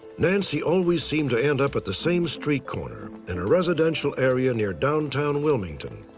nancy always seemed to end up at the same street corner in a residential area near downtown wilmington.